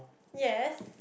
yes